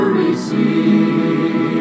receive